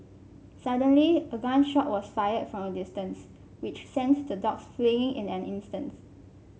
suddenly a gun shot was fired from a distance which sent the dogs fleeing in an instant